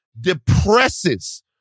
depresses